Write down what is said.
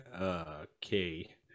Okay